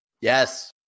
Yes